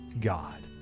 God